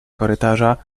korytarza